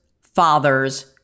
father's